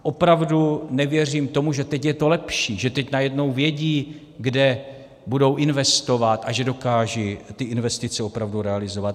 Opravdu nevěřím tomu, že teď je to lepší, že teď najednou vědí, kde budou investovat, a že dokážou investice opravdu realizovat.